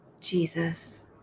Jesus